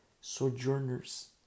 Sojourners